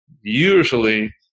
usually